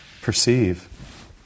perceive